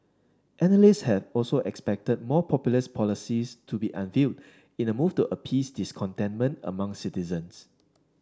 analysts had also expected more populist policies to be unveiled in a move to appease discontentment among citizens